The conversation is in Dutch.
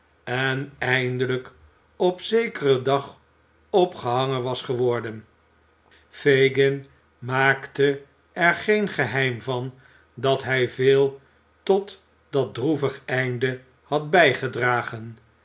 en eindelijk op zekeren dag opgehangen was geworden fagin maakte er geen geheim van dat hij veel tot dat droevig einde had bijgedragen